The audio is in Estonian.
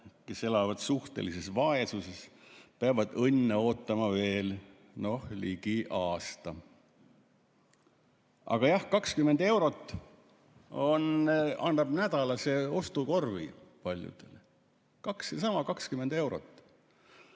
kes elavad suhtelises vaesuses, peavad õnne ootama veel ligi aasta. Aga jah, 20 eurot annab nädalase ostukorvi paljudele, seesama 20 eurot.